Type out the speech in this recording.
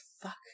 fuck